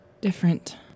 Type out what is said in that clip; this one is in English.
different